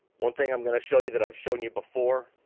one thing i'm gonna show you that i've shown you before,